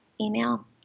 email